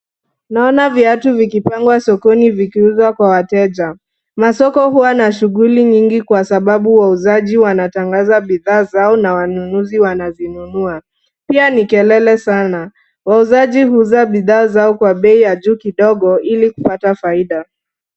Naona viatu vikipangwa sokoni vikiuzwa kwa wateja. Masoko huwa na shughuli nyingi kwa sababu wauzaji wanatangaza bidhaa zao na wanunuzi wanavinunua. Pia ni kelele sana. Wauzaji huuza bidhaa zao kwa bei ya juu kidogo ili kupata faida.